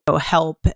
help